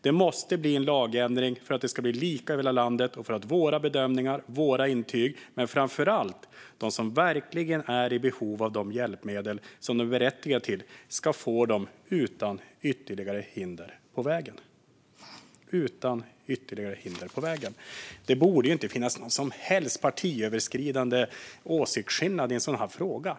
Det måste bli en lagändring för att det ska bli lika över hela landet och för att våra bedömningar, våra intyg, men framför allt de som verkligen är i behov ska få de hjälpmedel som de är berättigade till utan ytterligare hinder på vägen." Det borde inte finnas någon som helst åsiktsskillnad mellan partierna i en sådan här fråga.